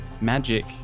magic